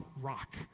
rock